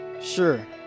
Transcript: Sure